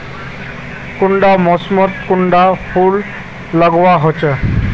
कुंडा मोसमोत कुंडा फुल लगवार होछै?